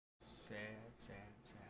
saints fans